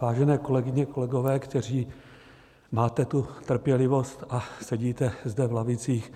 Vážené kolegyně, kolegové, kteří máte tu trpělivost a sedíte zde v lavicích,